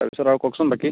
তাৰ পিছত আৰু কওকচোন বাকী